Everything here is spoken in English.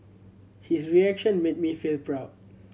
his reaction made me feel proud